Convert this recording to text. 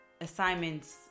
assignments